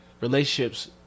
relationships